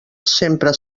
sempre